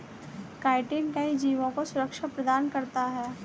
chitin कई जीवों को सुरक्षा प्रदान करता है